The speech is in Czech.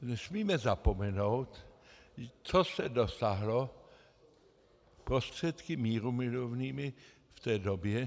Nesmíme zapomenout, co se dosáhlo prostředky mírumilovnými v té době.